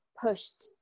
pushed